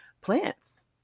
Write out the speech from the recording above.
plants